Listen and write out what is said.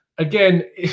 Again